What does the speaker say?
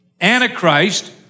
Antichrist